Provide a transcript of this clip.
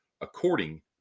according